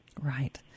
Right